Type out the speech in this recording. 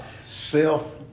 self